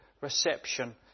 reception